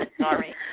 Sorry